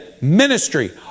Ministry